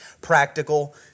Practical